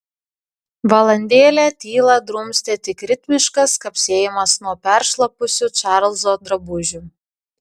valandėlę tylą drumstė tik ritmiškas kapsėjimas nuo peršlapusių čarlzo drabužių